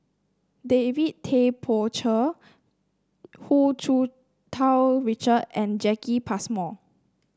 David Tay Poey Cher Hu Tsu Tau Richard and Jacki Passmore